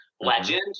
legend